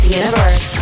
universe